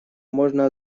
можно